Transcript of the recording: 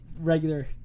regular